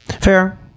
Fair